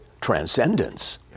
transcendence